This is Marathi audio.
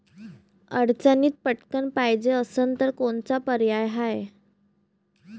अडचणीत पटकण पायजे असन तर कोनचा पर्याय हाय?